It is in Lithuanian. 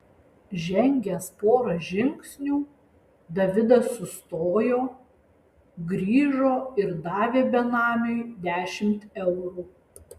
žengęs porą žingsnių davidas sustojo grįžo ir davė benamiui dešimt eurų